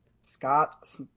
Scott